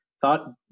thought